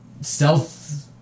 Stealth